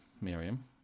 Miriam